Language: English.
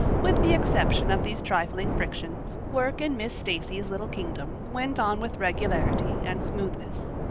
with the exception of these trifling frictions, work in miss stacy's little kingdom went on with regularity and smoothness.